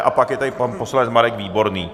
A pak je tady pan poslanec Marek Výborný.